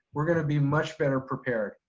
we're going to be much better prepared.